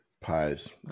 Pies